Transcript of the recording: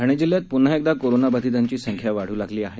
ठाणेजिल्ह्यातपुन्हाएकदाकोरोनाबाधितांचीसंख्यावाढूलागलीआहे